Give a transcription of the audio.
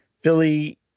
Philly